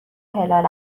هلال